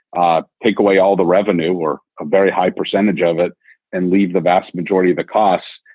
ah take away all the revenue or a very high percentage of it and leave the vast majority of the costs.